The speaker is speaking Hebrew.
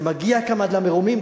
זה מגיע עד למרומים,